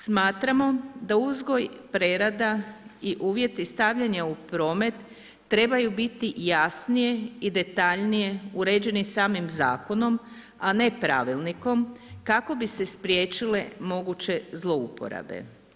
Smatramo da uzgoj, prerada i uvjeti stavljanja u promet trebaju biti jasnije i detaljnije uređeni samim zakonom, a ne pravilnikom, kako bi se spriječile moguće zlouporabe.